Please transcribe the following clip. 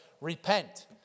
repent